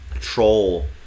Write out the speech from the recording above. troll